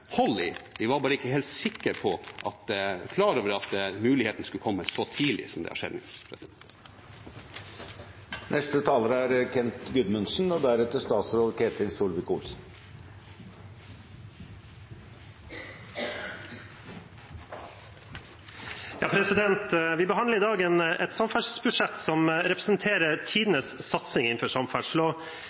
i. De var bare ikke helt klar over at muligheten skulle komme så tidlig som den gjorde. Vi behandler i dag et samferdselsbudsjett som representerer tidenes satsing innenfor samferdsel.